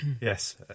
Yes